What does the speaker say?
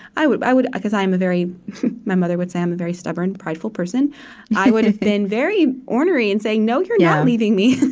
i would i would because i am a very my mother would say i'm a very stubborn, prideful person i would've been very ornery and saying, no, you're not yeah leaving me.